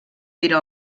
mira